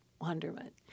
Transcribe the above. wonderment